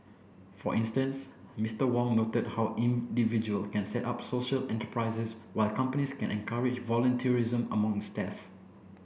for instance Mister Wong noted how individual can set up social enterprises while companies can encourage voluntarism among its staff